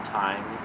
time